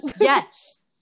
Yes